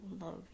love